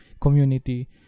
community